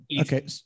Okay